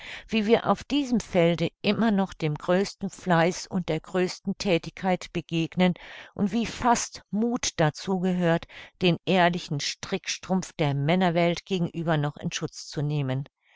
wie wir auf diesem felde immer noch dem größten fleiß und der größten thätigkeit begegnen und wie fast muth dazu gehört den ehrlichen strickstrumpf der männerwelt gegenüber noch in schutz zu nehmen